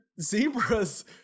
zebras